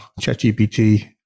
ChatGPT